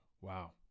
wow